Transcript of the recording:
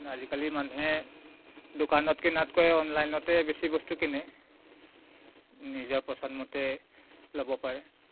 কিন্তু আজিকালি মানুহে দোকানত কিনাতকৈ অনলাইনতেই বেছি বস্তু কিনে নিজৰ পচন্দমতে ল'ব পাৰে